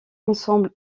ensembles